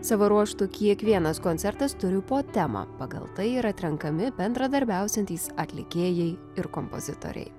savo ruožtu kiekvienas koncertas turi po temą pagal tai ir atrenkami bendradarbiausiantys atlikėjai ir kompozitoriai